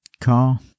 car